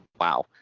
Wow